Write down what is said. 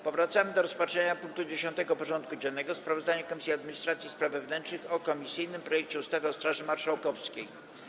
Powracamy do rozpatrzenia punktu 10. porządku dziennego: Sprawozdanie Komisji Administracji i Spraw Wewnętrznych o komisyjnym projekcie ustawy o Straży Marszałkowskiej.